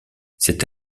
cette